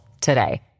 today